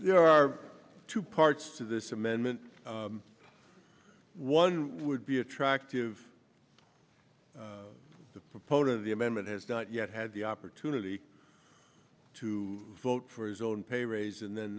there are two parts to this amendment one would be attractive the proponent of the amendment has not yet had the opportunity to vote for his own pay raise and then